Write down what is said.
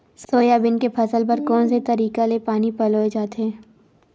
Soybean के फसल बर कोन से तरीका ले पानी पलोय जाथे?